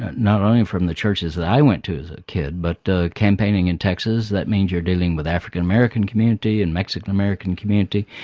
not only from the churches that i went to as a kid, but campaigning in texas, that means you're dealing with african-american community and mexican-american community.